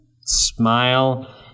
Smile